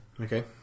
Okay